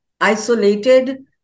isolated